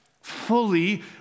fully